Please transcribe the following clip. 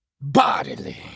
bodily